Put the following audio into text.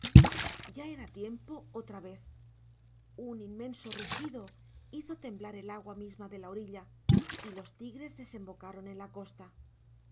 ya era tiempo otra vez un inmenso rugido hizo temblar el agua misma de la orilla y los tigres desembocaron en la costa